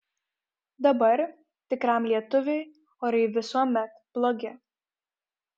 dabar tikram lietuviui orai visuomet blogi